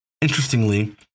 Interestingly